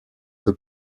que